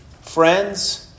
Friends